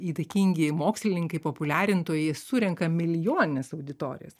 įtakingi mokslininkai populiarintojai surenka milijonines auditorijas